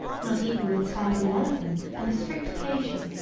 not even notwithstanding an elephant and a strict occasion,